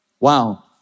Wow